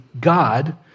God